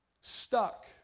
stuck